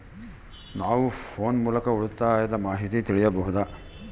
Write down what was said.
ನಾವು ಫೋನ್ ಮೂಲಕ ಉಳಿತಾಯದ ಮಾಹಿತಿ ತಿಳಿಯಬಹುದಾ?